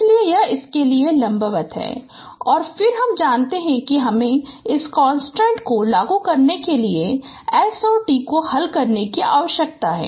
इसलिए यह इसके लिए लंबवत है और फिर हम जानते हैं कि हमें इस कंस्ट्रेंट्स को लागू करने के लिए s और t को हल करने की आवश्यकता है